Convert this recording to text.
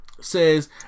says